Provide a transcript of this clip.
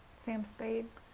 sam spade?